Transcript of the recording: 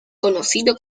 conocido